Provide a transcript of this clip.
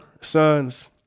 sons